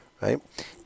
right